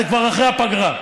אז זה כבר אחרי הפגרה.